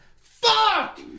fuck